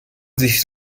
sich